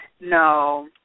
No